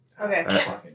Okay